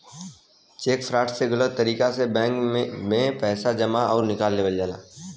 check fraud में गलत तरीके से बैंक में पैसा जमा आउर निकाल लेवल जाला